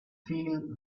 seal